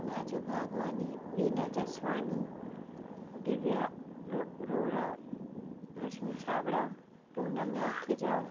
राजू भाॻवानी विना जसवानी दिव्या रो रोहरा रश्मि छाबड़ा पूनम माखिजा